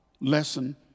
lesson